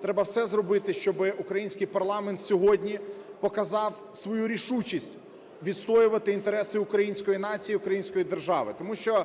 треба все зробити, щоби український парламент сьогодні показав свою рішучість відстоювати інтереси української нації, української держави. Тому що